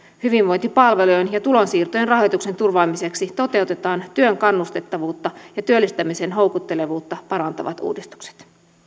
hyvinvointipalvelujen ja tulonsiirtojen rahoituksen turvaamiseksi toteutetaan työn kannustettavuutta ja työllistämisen houkuttelevuutta parantavat uudistukset